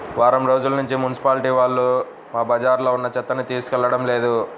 వారం రోజుల్నుంచి మున్సిపాలిటీ వాళ్ళు మా బజార్లో ఉన్న చెత్తని తీసుకెళ్లడం లేదు